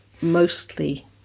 mostly